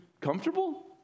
comfortable